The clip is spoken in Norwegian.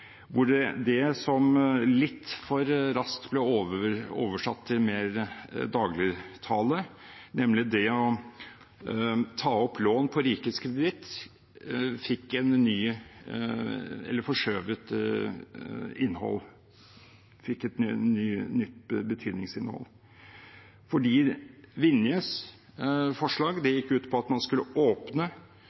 hvor det som litt for raskt ble oversatt til mer dagligtale, nemlig det «å ta opp lån på rikets kreditt», fikk et nytt, eller forskjøvet, innhold – et nytt betydningsinnhold, fordi Vinjes forslag gikk ut på at man skulle